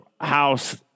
house